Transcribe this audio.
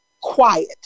quiet